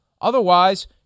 Otherwise